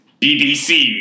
BBC